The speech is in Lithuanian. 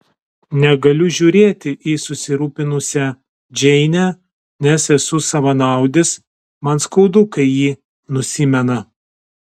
negaliu žiūrėti į susirūpinusią džeinę nes esu savanaudis man skaudu kai ji nusimena